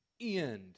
end